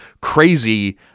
crazy